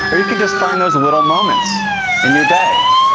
or you can just find those little moments in your day.